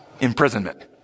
imprisonment